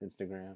Instagram